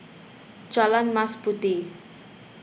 Jalan Mas Puteh